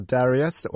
Darius